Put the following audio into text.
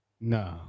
no